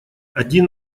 один